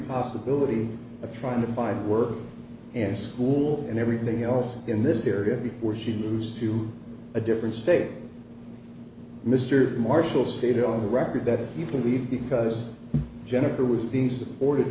possibility of trying to find work and school and everything else in this area before she moves to a different state mr marshall stated on the record that people leave because jennifer was being support